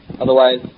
Otherwise